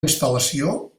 instal·lació